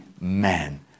man